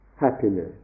happiness